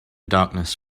darkness